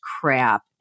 crap